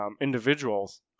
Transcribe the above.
individuals